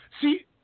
See